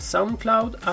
Soundcloud